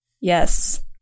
Yes